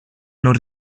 non